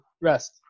rest